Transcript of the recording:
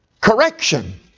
Correction